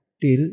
till